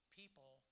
people